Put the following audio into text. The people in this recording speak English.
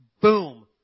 boom